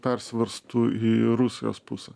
persiverstų į rusijos pusę